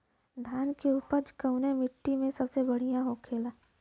धान की उपज कवने मिट्टी में सबसे बढ़ियां होखेला?